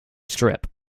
strip